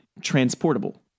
transportable